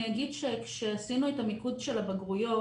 אני אגיד שכשעשינו את המיקוד של הבגרויות,